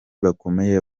bakomeye